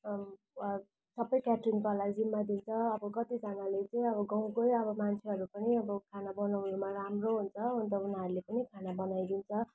सबै केटरिङकोलाई जिम्मा दिन्छ अब कतिजानाले चाहिँ अब गाउँकै अब मान्छेहरू पनि खानापिना बनाउने राम्रो हुन्छ अन्त उनीहरूले पनि खाना बनाइदिन्छ